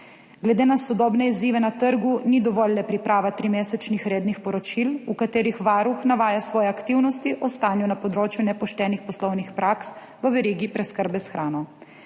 Glede na sodobne izzive na trgu ni dovolj le priprava trimesečnih rednih poročil, v katerih varuh navaja svoje aktivnosti o stanju na področju nepoštenih poslovnih praks v verigi preskrbe s hrano.